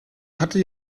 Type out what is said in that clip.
hatte